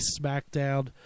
Smackdown